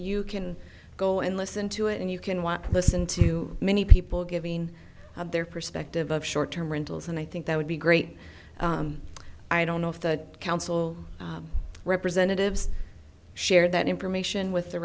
you can go and listen to it and you can want to listen to many people giving their perspective of short term rentals and i think that would be great i don't know if the council representatives share that information with the